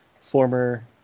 former